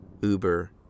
Uber